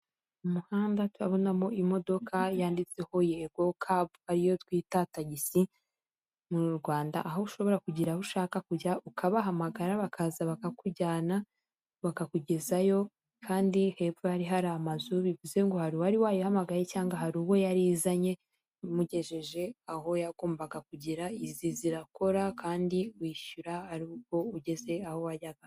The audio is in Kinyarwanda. Umuhanda tutabonamo imodoka yanditsweho yego kapu ariyo twita tagisi mu Rwanda aho ushobora kugera aho ushaka kujya ukabahamagara bakaza bakakujyana, bakakugezayo kandi hepfo hari hari amazu bivuze ngo hari uwari wayihamagaye cyangwa hari uwo yari imugejeje aho yagombaga kugera, izi zirakora kandi wishyura ari uko ugeze aho wajyaga.